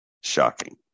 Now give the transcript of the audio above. shocking